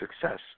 success